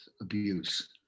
abuse